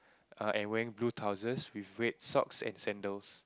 err and wearing blue trousers with red socks and sandals